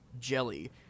jelly